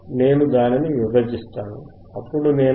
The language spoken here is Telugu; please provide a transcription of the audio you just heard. నేను దానిని విభజిస్తాను అప్పుడు నేను 0